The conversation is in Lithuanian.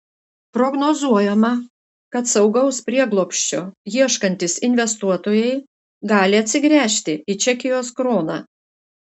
prognozuojama kad saugaus prieglobsčio ieškantys investuotojai gali atsigręžti į čekijos kroną